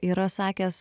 yra sakęs